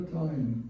time